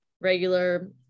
regular